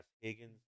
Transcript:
Higgins